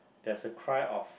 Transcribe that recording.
there's a cry of